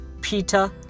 Peter